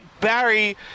Barry